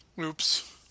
Oops